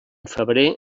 febrer